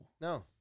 No